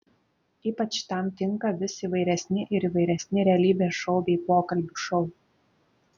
ypač tam tinka vis įvairesni ir įvairesni realybės šou bei pokalbių šou